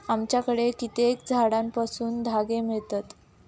आमच्याकडे कित्येक झाडांपासना धागे मिळतत